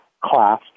class